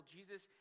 Jesus